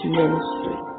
ministry